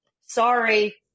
Sorry